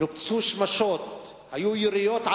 נופצו שמשות והיו יריות,